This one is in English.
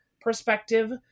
perspective